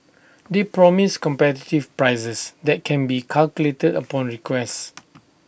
they promise competitive prices that can be calculated upon request